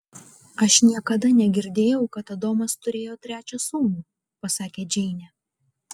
aš niekada negirdėjau kad adomas turėjo trečią sūnų pasakė džeinė